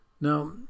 Now